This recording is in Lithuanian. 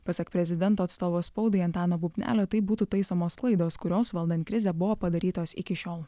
pasak prezidento atstovo spaudai antano bubnelio taip būtų taisomos klaidos kurios valdant krizę buvo padarytos iki šiol